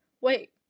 wait